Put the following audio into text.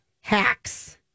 Hacks